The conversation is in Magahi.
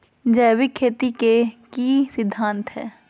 जैविक खेती के की सिद्धांत हैय?